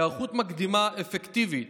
היערכות מקדימה אפקטיבית